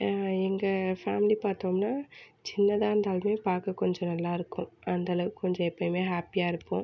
எங்கள் ஃபேமிலி பார்த்தோம்னா சின்னதாக இருந்தாலுமே பார்க்க கொஞ்சம் நல்லாயிருக்கும் அந்த அளவுக்குக் கொஞ்சம் எப்பவுமே ஹேப்பியாக இருப்போம்